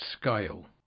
scale